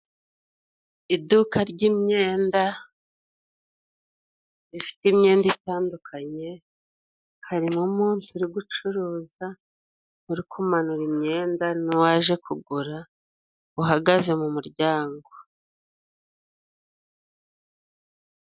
Iduka ry'imyenda rifite imyenda itandukanye harimo umuntu uri gucuruza, uri kumanura imyenda, n'uwaje kugura uhagaze mu muryango.